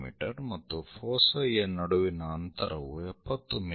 me ಮತ್ತು ಫೋಸೈ ಯ ನಡುವಿನ ಅಂತರವು 70 ಮಿ